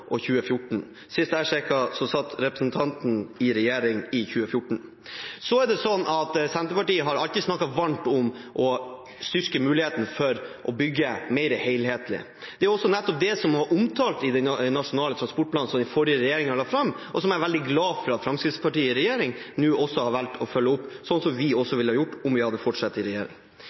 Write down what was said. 2014. Senterpartiet har alltid snakket varmt om å styrke muligheten for å bygge mer helhetlig. Det er nettopp det som var omtalt i den nasjonale transportplanen som den forrige regjeringen la fram, og som jeg er veldig glad for at Fremskrittspartiet i regjering nå også har valgt å følge opp – slik som vi også hadde gjort om vi hadde fortsatt i regjering.